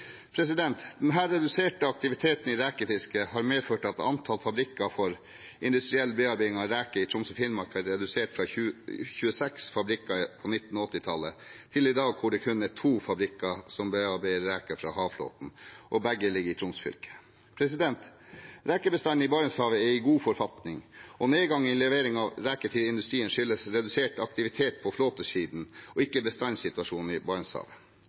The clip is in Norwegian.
reduserte aktiviteten i rekefisket har medført at antall fabrikker for industriell bearbeiding av reker i Troms og Finnmark er redusert fra 26 fabrikker på 1980-tallet, til i dag, da det kun er to fabrikker som bearbeider reker fra havflåten. Begge ligger i Troms fylke. Rekebestanden i Barentshavet er i god forfatning, og nedgangen i levering av reker til industrien skyldes redusert aktivitet på flåtesiden og ikke bestandssituasjonen i Barentshavet.